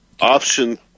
Option